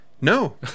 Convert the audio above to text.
No